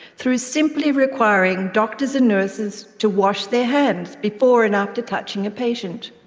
through simply requiring doctors and nurses to wash their hands before and after touching a patient.